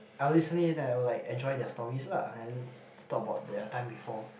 I will listen in and I will enjoy their story lah and talk about their time before